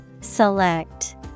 Select